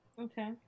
okay